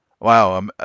Wow